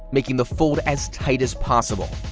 making the fold as tight as possible.